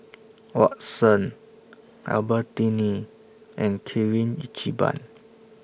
Watsons Albertini and Kirin Ichiban